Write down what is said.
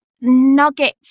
nuggets